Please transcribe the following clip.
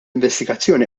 investigazzjoni